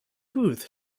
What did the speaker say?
booth